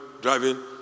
driving